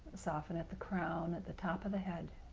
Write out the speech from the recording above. soften at the crown, at the top of the head.